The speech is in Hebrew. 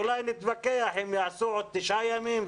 אולי נתווכח אם יעשו עוד תשעה ימים,